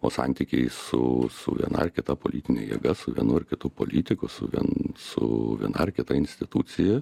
o santykiai su su su viena ar kita politine jėga su vienu ar kitu politiku su vien su viena ar kita institucija